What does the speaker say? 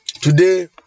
Today